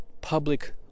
public